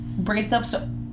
breakups